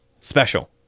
special